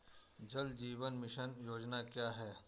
जल जीवन मिशन योजना क्या है?